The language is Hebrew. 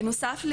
בנוסף,